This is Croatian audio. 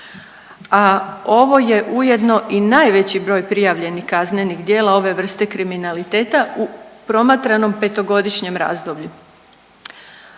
a ovo je ujedno i najveći broj prijavljenih kaznenih djela ove vrste kriminaliteta u promatranom 5-godišnjem razdoblju.